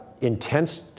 intense